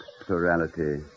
Plurality